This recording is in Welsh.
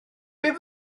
beth